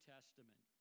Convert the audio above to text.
Testament